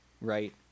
right